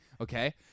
okay